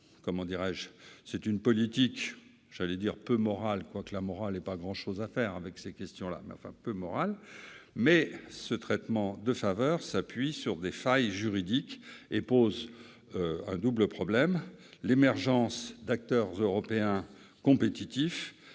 Cette politique peu morale, bien que la morale n'ait pas grand-chose à faire avec ces questions, et ce traitement de faveur s'appuient sur des failles juridiques et posent un double problème : la difficile émergence d'acteurs européens compétitifs